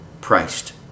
priced